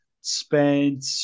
spent